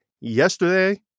yesterday